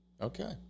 Okay